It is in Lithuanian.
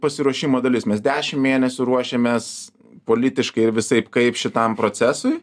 pasiruošimo dalis mes dešim mėnesių ruošėmės politiškai ir visaip kaip šitam procesui